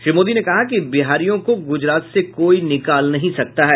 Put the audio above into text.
श्री मोदी ने कहा कि बिहारियों को गुजरात से कोई नहीं निकाल सकता है